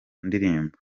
ndirimbo